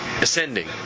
ascending